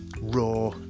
raw